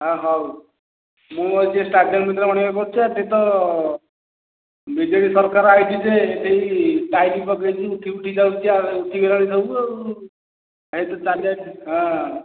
ଅ ହଉ ମୁଁ ଆଜି ଷ୍ଟାଡ଼ିୟମ୍ ଭିତରେ ମର୍ଣ୍ଣିଂୱାକ୍ କରୁଛି ସେଇ ତ ବି ଜେ ପି ସରକାର ଆସିଛି ଯେ ସେଇ ଟାଇଲ୍ ପକେଇଛି ଉଠି ଉଠି ଯାଉଛି ଆଉ ଉଠିଗଲାଣି ସବୁ ଆଉ ଏଇ ଯେଉଁ ଚାଲିବାକୁ ହଁ